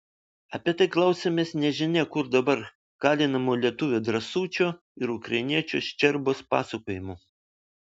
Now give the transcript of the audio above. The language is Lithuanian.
apie tai klausėmės nežinia kur dabar kalinamų lietuvio drąsučio ir ukrainiečio ščerbos pasakojimų